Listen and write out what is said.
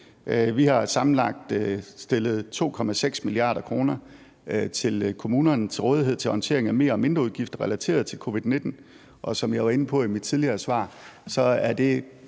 Vi har sammenlagt stillet 2,6 mia. kr. til rådighed for kommunerne til håndtering af mer- og mindreudgifter relateret til covid-19, og som jeg var inde på i mit tidligere svar, er det